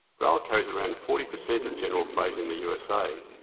rail carries around forty percent of general freight in the usa,